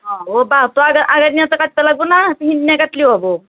অঁ অ' বাঁহটো আগৰ আগৰ দিনতেই কাটিবা লাগিব না সিদিনা কাটিলেও হ'ব